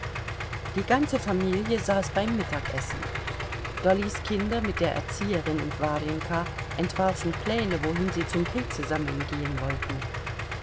die ganze familie saß beim mittagessen dollys kinder mit der erzieherin und warjenka entwarfen pläne wohin sie zum pilzesammeln gehen wollten